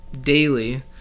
daily